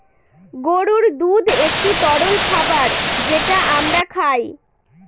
গরুর দুধ একটি তরল খাবার যেটা আমরা খায়